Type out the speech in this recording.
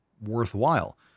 worthwhile